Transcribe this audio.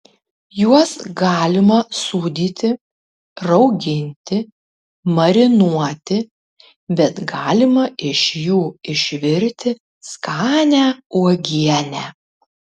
juos galima sūdyti rauginti marinuoti bet galima iš jų išvirti skanią uogienę